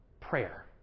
prayer